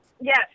Yes